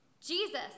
Jesus